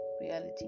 reality